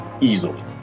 easily